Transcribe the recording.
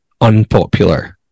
unpopular